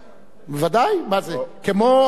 כמו למשל, סליחה.